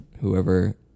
whoever